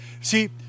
See